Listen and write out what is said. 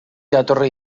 jatorri